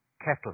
kettle